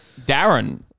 Darren